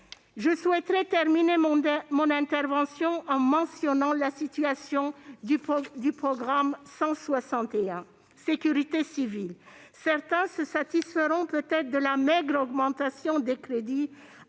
pour ces personnels. Je termine en mentionnant la situation du programme 161, « Sécurité civile ». Certains se satisferont peut-être de la maigre augmentation des crédits